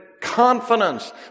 confidence